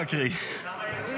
כמה יש שם?